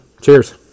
cheers